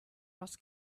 was